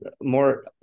more